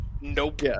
nope